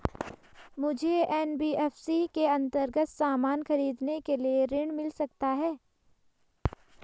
मुझे एन.बी.एफ.सी के अन्तर्गत सामान खरीदने के लिए ऋण मिल सकता है?